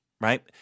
right